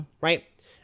Right